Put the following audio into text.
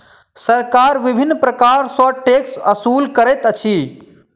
सरकार विभिन्न प्रकार सॅ टैक्स ओसूल करैत अछि